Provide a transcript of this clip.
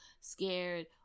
scared